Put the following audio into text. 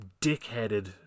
dickheaded